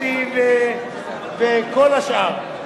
אתי וכל השאר.